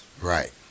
Right